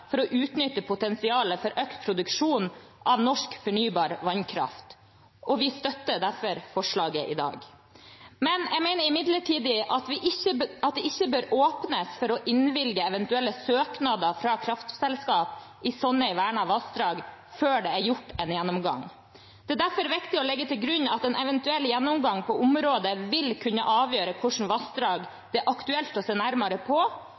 for å utnytte potensialet for økt produksjon av norsk fornybar vannkraft. Vi støtter derfor forslaget i dag. Jeg mener imidlertid at det ikke bør åpnes for å innvilge eventuelle søknader fra kraftselskap i slike vernede vassdrag før det er gjort en gjennomgang. Det er derfor viktig å legge til grunn at en eventuell gjennomgang på området vil kunne avgjøre hva slags vassdrag det er aktuelt å se nærmere på